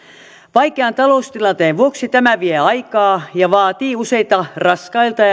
vaikean taloustilanteen vuoksi tämä vie aikaa ja vaatii useita raskailta